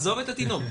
עזוב את התינוק,